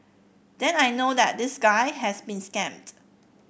then I know that this guy has been scammed